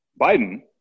Biden